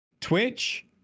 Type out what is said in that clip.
Twitch